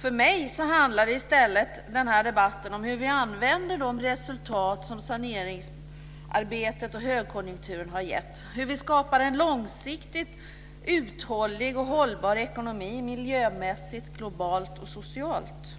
För mig handlar i stället den här debatten om hur vi använder de resultat som saneringsarbetet och högkonjunkturen har gett. Det handlar om hur vi skapar en långsiktigt uthållig och hållbar ekonomi, miljömässigt, globalt och socialt.